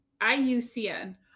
I-U-C-N